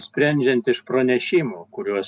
sprendžiant iš pranešimų kuriuos